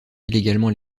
illégalement